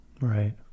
Right